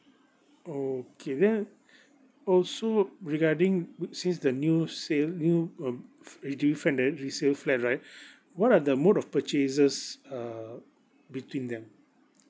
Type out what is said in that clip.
okay then also regarding mode since the new sale new um fl~ a new flat and then resale flat right what are the mode of purchases uh between them